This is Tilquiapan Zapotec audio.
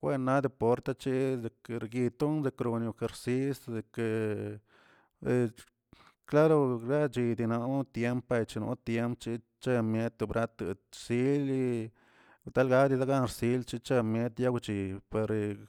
buena deport che leker guito rekrone rakrshiz de ke klaro glachi dii naw tiempech no tiemp chichetomiat to bratech si o tal gari lgan xsilch chemiet chawchi pare.